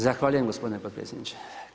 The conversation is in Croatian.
Zahvaljujem gospodine potpredsjedniče.